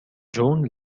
جون